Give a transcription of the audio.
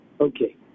Okay